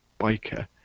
biker